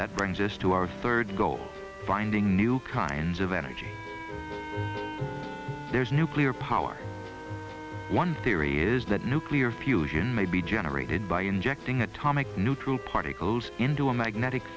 that brings us to our third goal finding new kinds of energy there's nuclear power one theory is that nuclear fusion may be generated by injecting atomic neutral particles into a magnetic